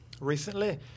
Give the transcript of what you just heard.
recently